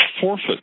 forfeit